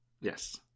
Yes